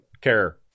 care